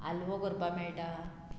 हाल्वो करपा मेळटा